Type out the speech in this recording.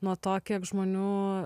nuo to kiek žmonių